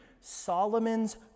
Solomon's